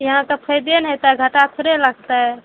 इहाँ तऽ फायदे नहि हेतय घाटा थोड़े लागतय